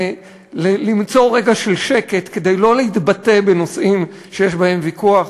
ולמצוא רגע של שקט כדי לא להתבטא בנושאים שיש בהם ויכוח.